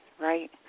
right